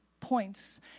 points